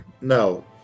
No